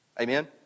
Amen